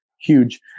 huge